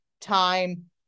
time